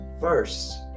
first